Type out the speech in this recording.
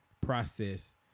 process